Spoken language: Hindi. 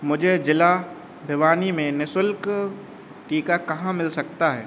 मुझे जिला भिवानी में नि शुल्क टीका कहाँ मिल सकता है